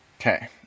Okay